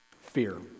Fear